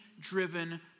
driven